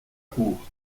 cour